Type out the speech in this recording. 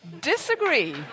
disagree